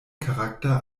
charakter